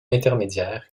intermédiaire